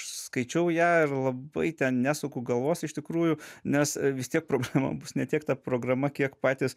skaičiau ją ir labai ten nesuku galvos iš tikrųjų nes vis tiek problema bus ne tiek ta programa kiek patys